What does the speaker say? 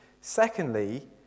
Secondly